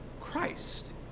Christ